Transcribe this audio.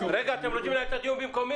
רגע, אתם רוצים לנהל את הדיון במקומי?